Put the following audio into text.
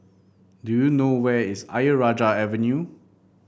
do you know where is Ayer Rajah Avenue